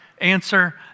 Answer